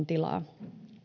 tilaa